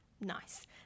Nice